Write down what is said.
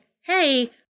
hey